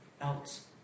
else